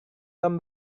tom